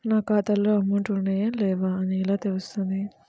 నా ఖాతాలో అమౌంట్ ఉన్నాయా లేవా అని ఎలా తెలుస్తుంది?